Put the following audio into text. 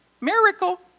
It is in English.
Miracle